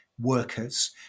workers